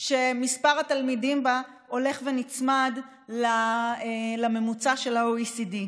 שמספר התלמידים בה הולך ונצמד לממוצע של ה-OECD.